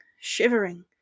shivering